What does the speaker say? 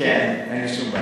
אני אחזק לך את